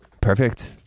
Perfect